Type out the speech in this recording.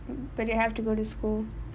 but you have to go to school